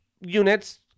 units